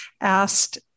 asked